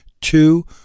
Two